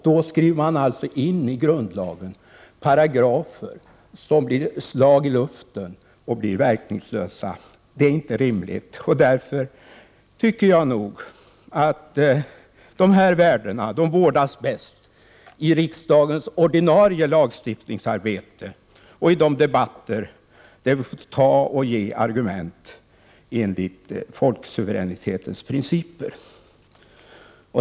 Då skriver man in i grundlagen paragrafer som blir slag i luften och som alltså blir verkningslösa. Det är inte rimligt, och därför tycker jag att de här värdena vårdas bäst i riksdagens ordinarie lagstiftningsarbete och i de debatter där vi får ta och ge argument enligt folksuveränitetens principer.